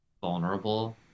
vulnerable